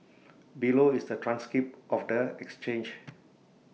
below is the transcript of the exchange